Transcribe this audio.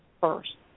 first